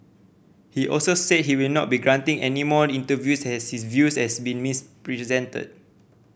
he also said he will not be granting any more interviews as his views has been misrepresented